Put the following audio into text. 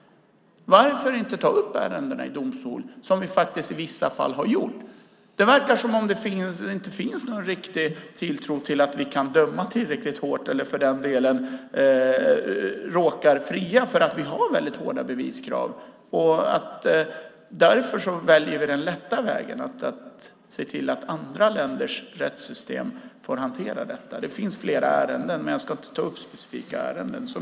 Varför inte ta upp ärendena i domstol, som faktiskt i vissa fall har gjorts? Det verkar som att det inte finns någon riktig tilltro till att vi kan döma tillräckligt hårt, eller för den delen råkar vi fria därför att vi har väldigt hårda beviskrav. Därför väljer vi den lätta vägen och säger att andra länders rättssystem får hantera detta. Det finns flera exempel, men jag vill inte ta upp specifika ärenden.